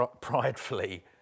pridefully